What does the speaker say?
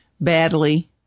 badly